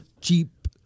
cheap